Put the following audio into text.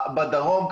בדרום.